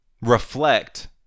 reflect